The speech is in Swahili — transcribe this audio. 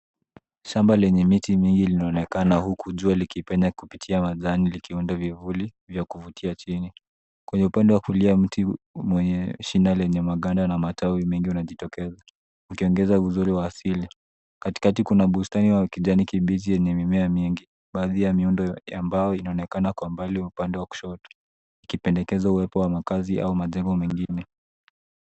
Shamba lenye miti mingi linaonekana huku jua likipenye kupitia majani likiunda vivuli vya kuvutia chini. Kwenye upande wa kulia mti mwenye shina lenye maganda na matawi mengi unajitokeza ukiongeza uzuri wa asili. Katikati kuna bustani wa kijani kibichi wenye mimea mingi ,baadhi ya miundo ambayo inaonekana kwa mbali upande wa kushoto ikipendekeza uwepo wa makazi au majengo mengine.